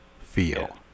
feel